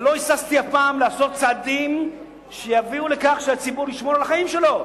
לא היססתי אף פעם לעשות צעדים שיביאו לכך שהציבור ישמור על החיים שלו.